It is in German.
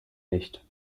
nicht